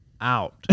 out